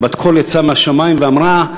ובת-קול יצאה מהשמים ואמרה,